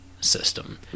system